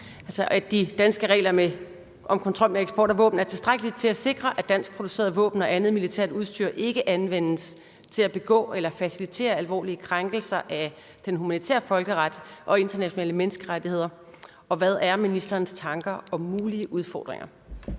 israelske krigsforbrydelser i Gaza, er tilstrækkelige til at sikre, at danskproducerede våben og andet militært udstyr ikke anvendes til at begå eller facilitere alvorlige krænkelser af den humanitære folkeret og internationale menneskerettigheder, og hvad er ministerens tanker om mulige udfordringer?